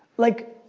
like,